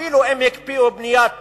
אפילו אם הקפיאו בניית